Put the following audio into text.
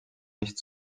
nicht